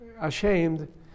ashamed